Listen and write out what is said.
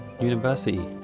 university